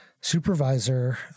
supervisor